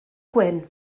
gwyn